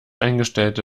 eingestellte